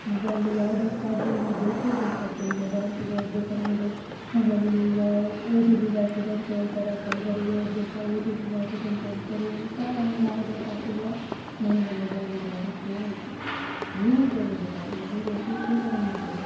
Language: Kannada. ಮೊಬೈಲು ಯಾವುದಕ್ಕಾದ್ರು ಒಂದು ಬೇಕೇ ಬೇಕಾಗ್ತದೆ ಈಗ ಬ್ಯಾಂಕಿಗೋದರೆ ಸಹ ನಮಗೆ ಮೊಬೈಲ್ ಈಗೀಗ ಓ ಟಿ ಪಿ ಬರ್ತದೆ ಅಂಥೇಳ್ತಾರೆ ಆ ಸೈಬರಿಗೆ ಹೋದ್ರೆ ಸಹ ಓ ಟಿ ಪಿ ಬರ್ತದಂಥೇಳ್ತಾರೆ ಎಂತ ಒಂದು ಮಾಡಬೇಕಾದರೂ ಸಹ ನಮಗೆ ಮೊಬೈಲಿದು ಅಗತ್ಯ ಉಂಟು ಇಲ್ಲಂತ ಹೇಳುವುದಿಲ್ಲ ಮೊಬೈಲ್ ಅಗತ್ಯ ಸಹ ಉಂಟು